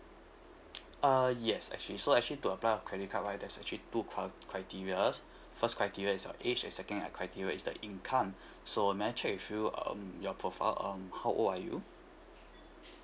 uh yes actually so actually to apply a credit card right that's actually two cri~ criteria first criteria is your age and second criteria is the income so may I check with you um your profile um how old are you